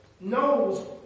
knows